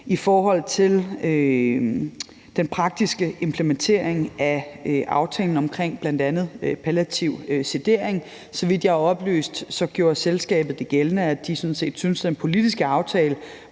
i forhold til den praktiske implementering af aftalen om bl.a. palliativ sedering. Så vidt jeg er oplyst, gjorde selskabet gældende, at de sådan set syntes, at den politiske aftale